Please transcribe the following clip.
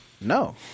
No